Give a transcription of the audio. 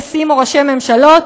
נשיאים או ראשי ממשלות,